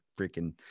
freaking